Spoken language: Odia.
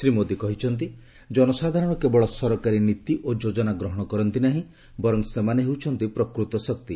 ଶ୍ରୀ ମୋଦୀ କହିଛନ୍ତି ଜନସାଧାରଣ କେବଳ ସରକାରୀ ନୀତି ଓ ଯୋଜନା ଗ୍ରହଣ କରନ୍ତି ନାହିଁ ବର୍ଚ ସେମାନେ ହେଉଛନ୍ତି ପ୍ରକୃତ ଶକ୍ତି